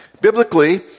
Biblically